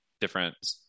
different